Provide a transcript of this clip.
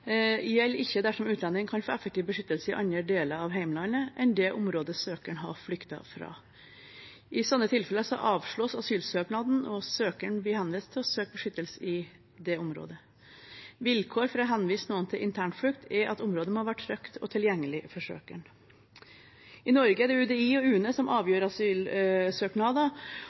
gjelder ikke dersom utlendingen kan få effektiv beskyttelse i andre deler av hjemlandet enn det området søkeren har flyktet fra.» I sånne tilfeller avslås asylsøknaden, og søkeren blir henvist til å søke beskyttelse i det området. Vilkår for å henvise noen til internflukt er at området må være trygt og tilgjengelig for søkeren. I Norge er det UDI og UNE som avgjør asylsøknader.